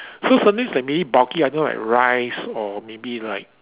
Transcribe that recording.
so some things like maybe bulky item like rice or maybe like